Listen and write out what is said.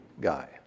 guy